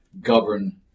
govern